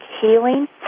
healing